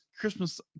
christmas